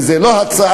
וזו לא הצעה